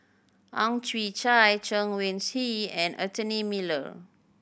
Ang Chwee Chai Chen Wen Hsi and Anthony Miller